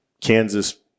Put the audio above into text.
kansas